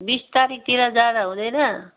बिस तारिकतिर जाँदा हुँदैन